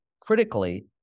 critically